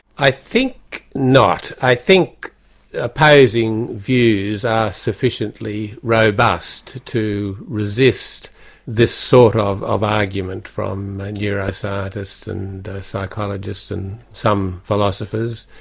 i think not. i think opposing views are sufficiently robust to resist this sort of of argument from neuroscientists and psychologists and some philosophers.